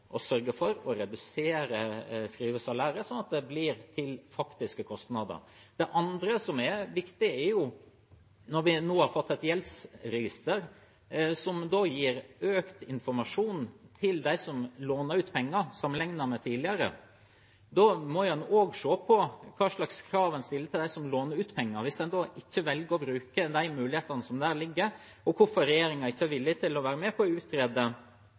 sørge for å redusere skrivesalæret, slik at det blir til faktiske kostnader? Det andre som er viktig, er at når vi nå har fått et gjeldsregister som, sammenlignet med tidligere, gir økt informasjon til dem som låner ut penger, må en også se på hvilke krav som stilles til dem som låner ut penger. Hvis en velger ikke å bruke mulighetene som ligger der, hvorfor er ikke regjeringen villig til å være med på å utrede